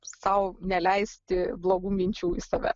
sau neleisti blogų minčių į save